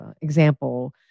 example